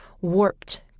warped